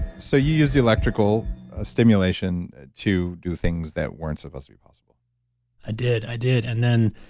so you use the electrical stimulation to do things that weren't supposed to be possible i did. i did. and then,